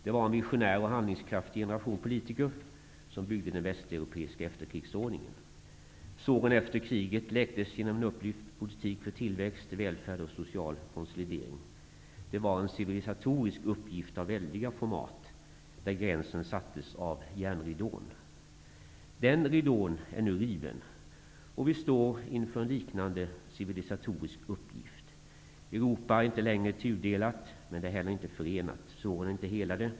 Det var en visionär och handlingskraftig generation politiker som byggde den västeuropeiska efterkrigsordningen. Såren efter kriget läktes genom en upplyst politik för tillväxt, välfärd och social konsolidering. Det var en civilisatorisk uppgift av väldiga format, där gränsen sattes av järnridån. Den ridån är nu riven, och vi står inför en liknande civilisatorisk uppgift. Europa är inte längre tudelat, men det är heller inte förenat. Såren är inte helade.